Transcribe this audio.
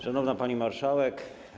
Szanowna Pani Marszałek!